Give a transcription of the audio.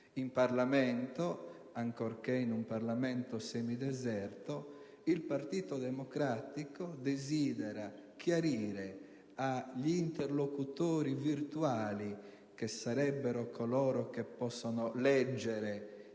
in Parlamento, ancorché in un'Aula semideserta, il Partito Democratico desidera chiarire agli interlocutori virtuali, - cioè coloro che possono leggere